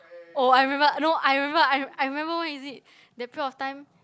oh I remember no I remember I re~ I remember when is it that period of time